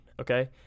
Okay